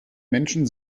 menschen